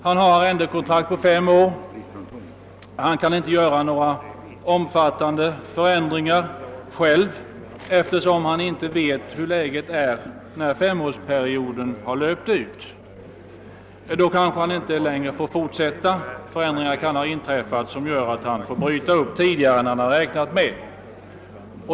Han har arrendekontrakt på fem år, och han kan inte själv göra några omfattande förändringar eftersom han inte vet någonting om läget när femårsperioden har löpt ut — då kanske han inte längre får fortsätta; förändringar kan ha inträffat som gör att han måste bryta upp tidigare än han räknat med.